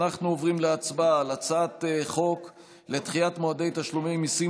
אנחנו עוברים להצבעה על הצעת חוק לדחיית מועדי תשלומי מיסים